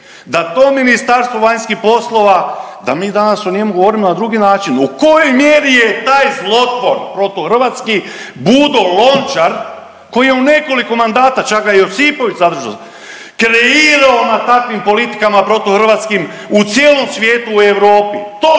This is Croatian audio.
da to Ministarstvo vanjskih poslova da mi danas o njemu govorimo na drugi način, u kojoj mjeri je taj zlotvor protuhrvatski Budo Lončar koji je u nekoliko mandata, čak ga je i Josipović zadržao, kreirao na takvim politikama protuhrvatskim u cijelom svijetu i u Europi,